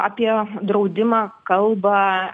apie draudimą kalba